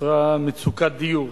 נוצרה מצוקת דיור.